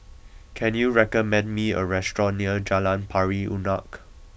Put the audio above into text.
can you recommend me a restaurant near Jalan Pari Unak